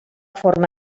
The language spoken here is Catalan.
forma